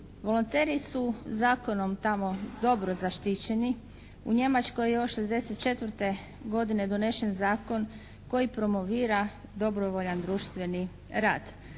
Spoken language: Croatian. Volonteri su zakonom tamo dobro zaštićeni. U Njemačkoj je još 1964. godine donesen Zakon koji promovira dobrovoljan društveni rad.